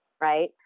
right